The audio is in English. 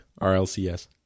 RLCS